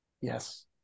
Yes